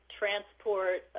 transport